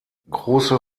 große